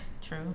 True